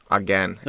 again